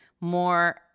more